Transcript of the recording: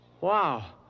Wow